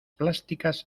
plásticas